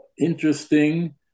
interesting